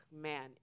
man